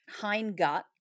hindgut